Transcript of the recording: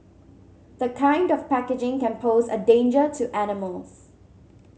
the kind of packaging can pose a danger to animals